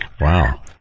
Wow